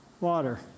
Water